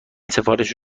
سفارش